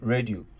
Radio